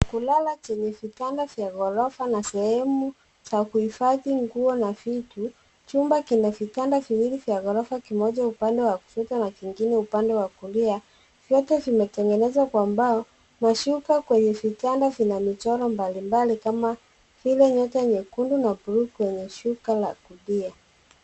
Chumba cha kulala chenye vitanda vya ghorofa na sehemu za kuhifadhi nguo na vitu. Chumba kina vitanda viwili vya ghorofa kimoja upande wa kushoto na kingine upande wa kulia. Vyote vimetengenezwa kwa mbao, mashuka kwenye vitanda vina michoro mbalimbali kama vile nyota nyekundu na bluu kwenye shuka la kulia.